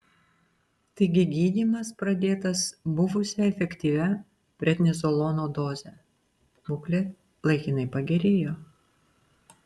taigi gydymas pradėtas buvusia efektyvia prednizolono doze būklė laikinai pagerėjo